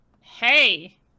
hey